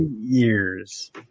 years